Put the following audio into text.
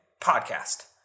podcast